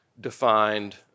defined